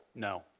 no.